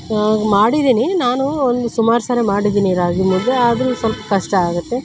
ಮಾಡಿದ್ದೀನಿ ನಾನೂ ಒಂದು ಸುಮಾರು ಸರಿ ಮಾಡಿದ್ದೀನಿ ರಾಗಿಮುದ್ದೆ ಆದರೂ ಸ್ವಲ್ಪ ಕಷ್ಟ ಆಗುತ್ತೆ